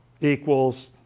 equals